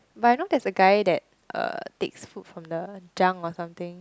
but I know there's a guy that uh takes food from the junk or something